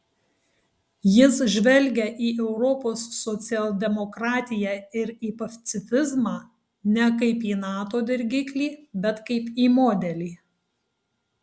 jis žvelgia į europos socialdemokratiją ir į pacifizmą ne kaip į nato dirgiklį bet kaip į modelį